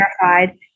terrified